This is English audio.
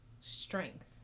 strength